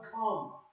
come